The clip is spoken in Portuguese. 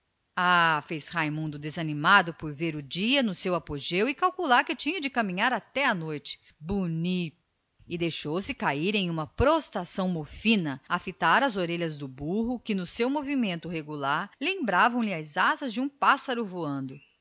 ah suspirou raimundo desanimado por ver o sol ainda alto e compreender que tinha de caminhar até à noite e deixou-se cair numa prostração mofina a fitar as orelhas do burro que arfavam com a regularidade monótona das asas de um pássaro voando